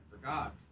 forgot